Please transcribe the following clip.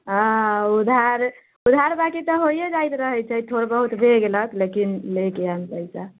हँ उधार उधार बाँकी तऽ होइए जाइत रहैत छै थोड़ बहुत भए गेलक लेकिन लेके आयम पैसा